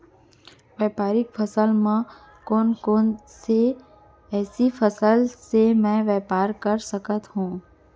व्यापारिक फसल म कोन कोन एसई फसल से मैं व्यापार कर सकत हो?